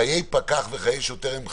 חיי פקח וחיי שוטר הם קשים.